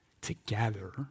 together